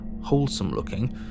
wholesome-looking